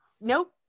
Nope